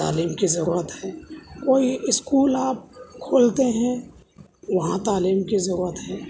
تعلیم کی ضرورت ہے کوئی اسکول آپ کھولتے ہیں وہاں تعلیم کی ضرورت ہے